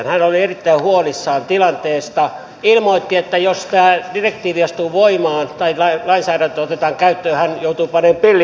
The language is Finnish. hän oli erittäin huolissaan tilanteesta ilmoitti että jos tai direktiivi astuu voimaan meillä ei kai tämä lainsäädäntö otetaan käyttöön hän joutuu panemaan pillit pussiin